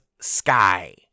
Sky